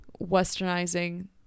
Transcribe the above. westernizing